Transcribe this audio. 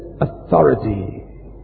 authority